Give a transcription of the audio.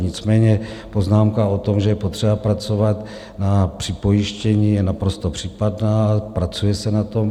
Nicméně poznámka o tom, že je potřeba pracovat na připojištění, je naprosto případná, pracuje se na tom.